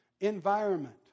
Environment